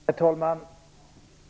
Herr talman!